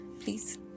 please